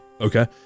Okay